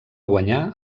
guanyar